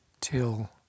till